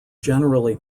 generally